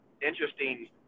interesting